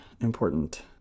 important